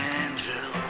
angel